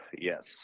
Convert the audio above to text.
Yes